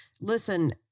listen